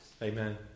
Amen